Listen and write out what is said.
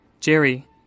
Jerry